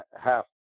half